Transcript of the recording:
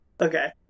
Okay